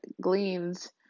gleans